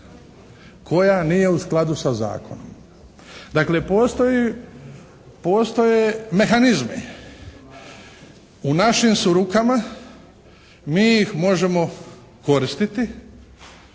koja nije u skladu sa zakonom. Dakle postoje mehanizmi. U našim su rukama. Mi ih možemo koristiti,